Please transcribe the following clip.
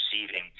receiving